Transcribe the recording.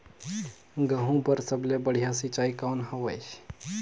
गहूं बर सबले बढ़िया सिंचाई कौन हवय?